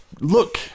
look